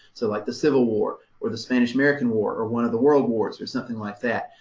so like the civil war or the spanish american war or one of the world wars or something like that.